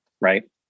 right